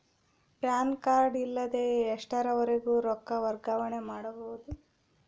PAN card ಇಲ್ಲದ ಎಷ್ಟರವರೆಗೂ ರೊಕ್ಕ ವರ್ಗಾವಣೆ ಮಾಡಬಹುದು?